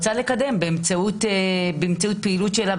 רוצה לקדם באמצעות פעילות שלה,